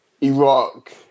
Iraq